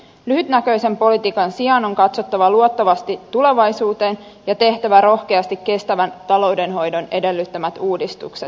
lyhytnäköisen politiikan sijaan on katsottava luottavasti tulevaisuuteen ja tehtävä rohkeasti kestävän taloudenhoidon edellyttämät uudistukset